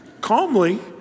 calmly